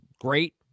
great